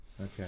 Okay